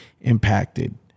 impacted